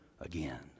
again